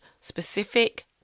specific